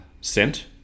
sent